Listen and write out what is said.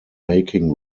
making